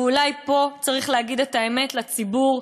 אולי פה צריך להגיד את האמת לציבור: